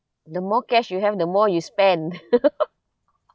the more cash you have the more you spend